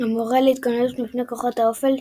המורה להתגוננות מפני כוחות האופל,